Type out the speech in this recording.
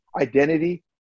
identity